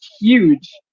huge